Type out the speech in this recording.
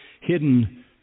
hidden